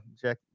Jack